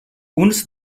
uns